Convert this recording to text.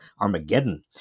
Armageddon